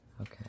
Okay